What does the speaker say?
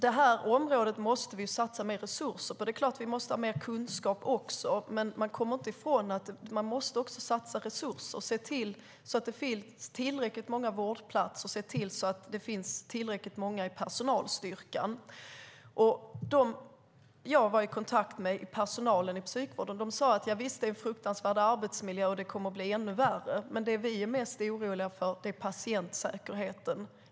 Det här området måste vi satsa mer resurser på. Det är klart att vi måste ha mer kunskap, men vi kommer inte ifrån att vi också måste satsa mer resurser och se till att det finns tillräckligt många vårdplatser och tillräckligt många i personalstyrkan. De som jag varit i kontakt med inom psykvården sade det är en fruktansvärd arbetsmiljö och att det kommer att bli ännu värre, men det de är mest oroliga för är patientsäkerheten.